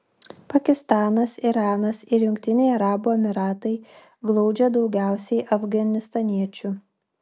pakistanas iranas ir jungtiniai arabų emyratai glaudžia daugiausiai afganistaniečių